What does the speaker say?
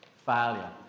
Failure